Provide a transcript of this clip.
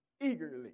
eagerly